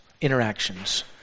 interactions